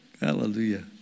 hallelujah